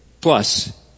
plus